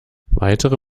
weitere